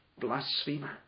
Blasphemer